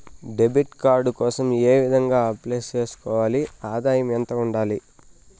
Debit card కోసం ఏ విధంగా అప్లై సేసుకోవాలి? ఆదాయం ఎంత ఉండాలి?